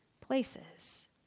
places